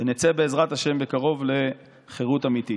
ונצא, בעזרת השם, לחירות אמיתית.